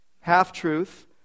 half-truth